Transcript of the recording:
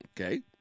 okay